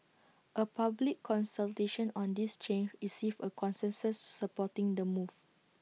A public consultation on this change received A consensus supporting the move